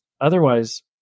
otherwise